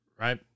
right